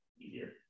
easier